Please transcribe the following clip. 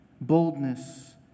boldness